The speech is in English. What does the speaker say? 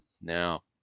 Now